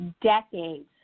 decades